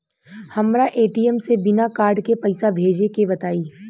हमरा ए.टी.एम से बिना कार्ड के पईसा भेजे के बताई?